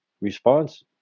response